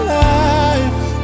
life